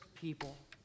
people